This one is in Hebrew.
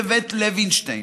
בבית לוינשטיין.